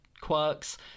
quirks